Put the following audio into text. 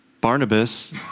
Barnabas